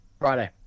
Friday